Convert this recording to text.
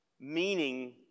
meaning